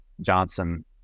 Johnson